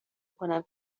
کنم